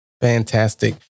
Fantastic